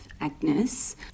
Agnes